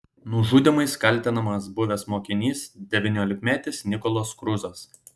nužudymais kaltinamas buvęs mokinys devyniolikmetis nikolas kruzas